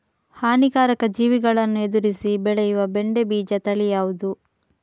ಹಾನಿಕಾರಕ ಜೀವಿಗಳನ್ನು ಎದುರಿಸಿ ಬೆಳೆಯುವ ಬೆಂಡೆ ಬೀಜ ತಳಿ ಯಾವ್ದು?